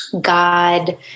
God